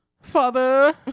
father